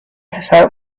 پسر